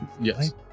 Yes